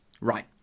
right